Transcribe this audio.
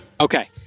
Okay